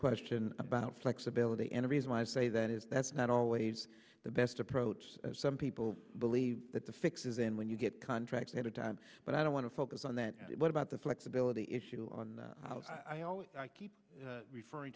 question about flexibility and a reason why i say that is that's not always the best approach as some people believe that the fix is in when you get contracts at a time but i don't want to focus on that what about the flexibility issue on the i always keep referring